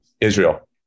Israel